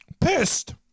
pissed